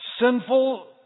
sinful